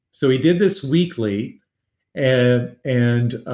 so he did this weekly and and ah